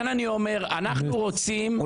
אנחנו רוצים שהגוף הבוחר --- כהנא,